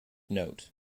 note